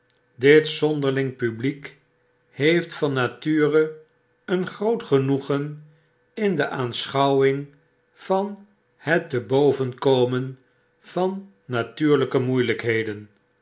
dit zonderling publiek heeft van nature een groot genoegen in de aanschouwing van net te boven komen van natuurlpe moeielpheden